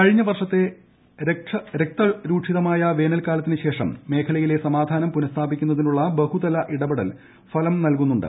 കഴിഞ്ഞ വർഷത്തെ രക്തരൂക്ഷിതമായ വേനൽക്കാലത്തിനുശേഷം മേഖലയിലെ സമാധാനം പുനഃസ്ഥാപിക്കുന്നതിനുള്ള ബഹുതല ഇടപെടൽ ഫലം നൽകുന്നുണ്ട്